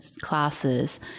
classes